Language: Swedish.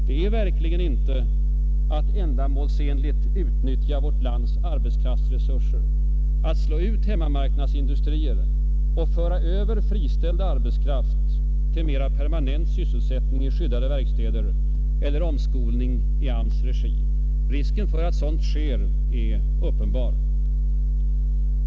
Det är verkligen inte att ändamålsenligt utnyttja vårt lands arbetskraftsresurser att slå ut hemmamarknadsindustrier och föra över friställd arbetskraft till mera permanent sysselsättning i skyddade verkstäder eller omskolning i AMS: regi. Risken för att sådant sker är uppenbar.